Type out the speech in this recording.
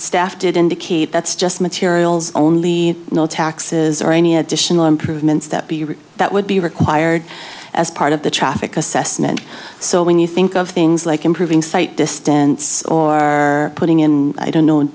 staff did indicate that's just materials only no taxes or any additional improvements that be right that would be required as part of the traffic assessment so when you think of things like improving sight distance or putting in i don't know